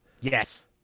Yes